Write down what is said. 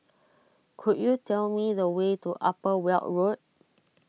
could you tell me the way to Upper Weld Road